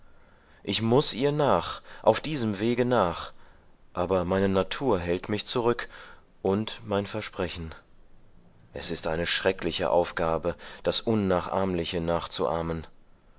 ich muß ihr nach auf diesem wege nach aber meine natur hält mich zurück und mein versprechen es ist eine schreckliche aufgabe das unnachahmliche nachzuahmen